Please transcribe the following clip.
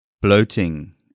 bloating